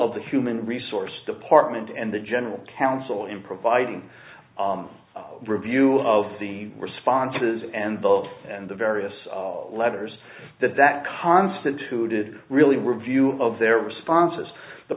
of the human resource department and the general council in providing a review of the responses and the and the various letters that that constituted really review of their responses the